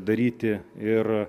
daryti ir